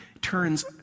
turns